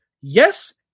yes